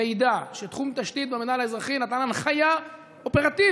מידע שתחום תשתית במינהל האזרחי נתן הנחיה אופרטיבית,